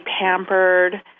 pampered